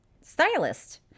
Stylist